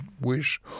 wish